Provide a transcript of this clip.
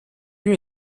lieu